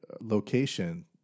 location